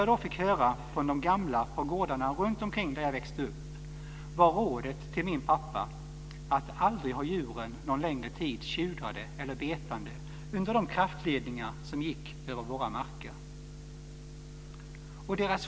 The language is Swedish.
Vad jag fick höra från de gamla på gårdarna runtomkring där jag växte upp var rådet till min pappa att aldrig en längre tid ha djuren tjudrade eller betande under de kraftledningar som gick över våra marker.